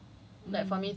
and that was even like